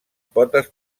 potes